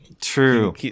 True